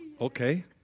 Okay